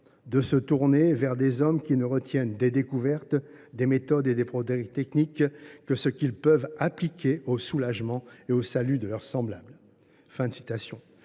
de se tourner vers des hommes qui ne retiennent des découvertes, des méthodes et des progrès techniques que ce qu’ils peuvent appliquer au soulagement et au salut de leurs semblables. »